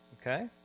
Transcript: okay